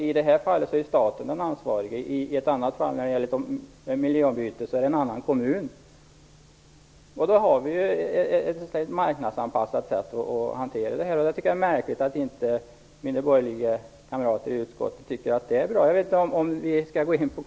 I det här fallet är staten den ansvarige, i ett annat fall - t.ex. när det gäller ett miljöombyte - är det en annan kommun. Vi har ju ett marknadsanpassat sätt att hantera detta på. Jag tycker att det är märkligt att mina borgerliga kamrater i utskottet inte tycker att det är bra.